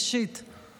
האישית שלו.